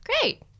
great